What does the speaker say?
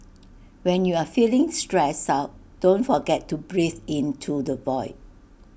when you are feeling stressed out don't forget to breathe into the void